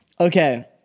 Okay